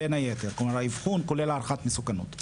כלומר האבחון כולל הערכת מסוכנות.